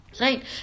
Right